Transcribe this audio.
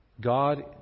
God